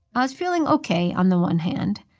i was feeling ok on the one hand,